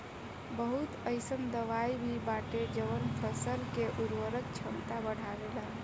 बहुत अईसन दवाई भी बाटे जवन फसल के उर्वरक क्षमता बढ़ावेला